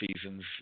seasons